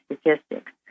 statistics